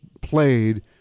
played